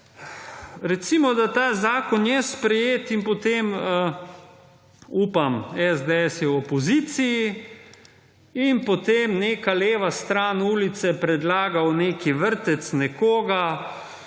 Recimo, da ta zakon je sprejet in potem, upam, SDS je v opoziciji in potem neka leva stran ulice predlaga v nek vrtec nekoga,